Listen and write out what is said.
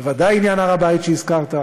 בוודאי עניין הר-הבית שהזכרת,